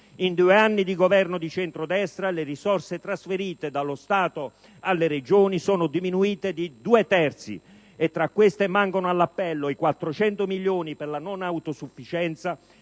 In due anni di Governo di centrodestra le risorse trasferite dallo Stato alle Regioni sono diminuite di due terzi e tra queste mancano all'appello i 400 milioni per la non autosufficienza